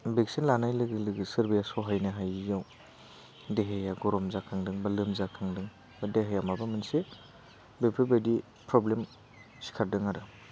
vaccine लानाय लोगो लोगो सोरबाया सहायनो हायैयाव देहाया गरम जाखांदों बा लोमजाखांदों बा देहाया माबा मोनसे बेफोरबादि प्रब्लेम सिखारदों आरो